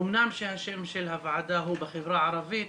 אמנם השם של הוועדה הוא בחברה הערבית,